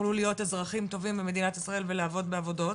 יוכלו להיות אזרחים טובים במדינת ישראל ולעבוד בעבודות.